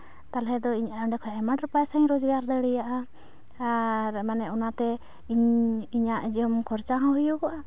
ᱛᱟᱞᱚᱦᱮ ᱫᱚ ᱤᱧ ᱚᱸᱰᱮ ᱠᱷᱚᱡ ᱟᱭᱢᱟ ᱰᱷᱮᱨ ᱯᱚᱭᱥᱟᱧ ᱨᱳᱡᱽᱜᱟᱨ ᱫᱟᱲᱮᱭᱟᱜᱼᱟ ᱟᱨ ᱢᱟᱱᱮ ᱚᱱᱟᱛᱮ ᱤᱧ ᱤᱧᱟᱹᱜ ᱡᱮᱢᱚᱱ ᱠᱷᱚᱨᱪᱟ ᱦᱚᱸ ᱦᱩᱭᱩᱜᱚᱜᱼᱟ